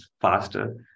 faster